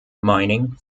mining